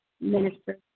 minister